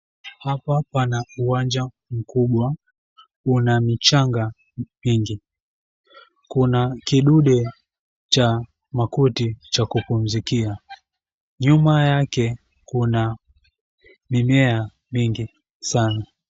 Hapa pana uwanja mkubwa una mchanga mwingi. Kuna kidude cha makuti cha kupumzikia. Nyuma yake kuna mimea mingi sana.